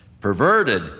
perverted